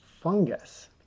fungus